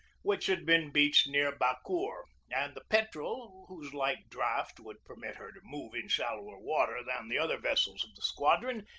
which had been beached near bacoor, and the petrel, whose light draught would permit her to move in shallower water than the other ves sels of the squadron,